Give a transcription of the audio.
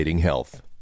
health